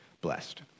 blessed